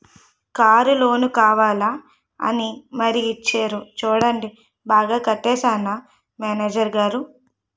Car loan కావాలా అని మరీ ఇచ్చేరు చూడండి బాగా కట్టేశానా మేనేజరు గారూ?